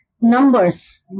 numbers